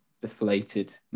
deflated